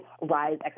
rise